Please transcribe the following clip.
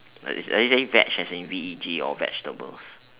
does it does it saying veg as in V E G or vegetables